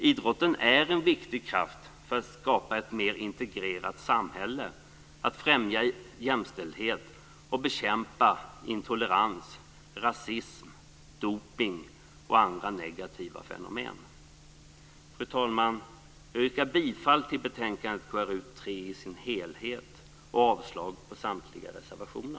Idrotten är en viktig kraft för att skapa ett mer integrerat samhälle, främja jämställdhet och bekämpa intolerans, rasism, dopning och andra negativa fenomen. Fru talman! Jag yrkar bifall till hemställan i betänkande KrU3 i sin helhet och avslag på samtliga reservationer.